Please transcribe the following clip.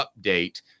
update